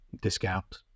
discount